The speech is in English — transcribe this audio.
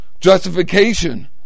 Justification